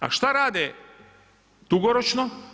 A šta rade dugoročno?